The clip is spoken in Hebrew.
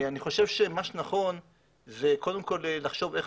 אני חושב שנכון לחשוב איך